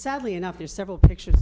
sadly enough there's several pictures